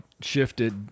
Shifted